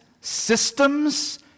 systems